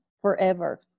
forever